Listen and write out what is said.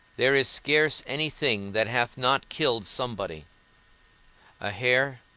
there is scarce any thing that hath not killed somebody a hair,